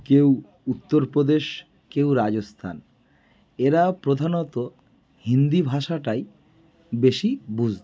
কেউ উত্তর প্রদেশ কেউ রাজস্থান এরা প্রধানত হিন্দি ভাষাটাই বেশি বুঝতো